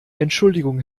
entschuldigung